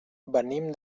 venim